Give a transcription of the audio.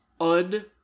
un